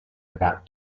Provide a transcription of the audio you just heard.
about